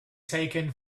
taken